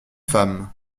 femme